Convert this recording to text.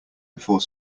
before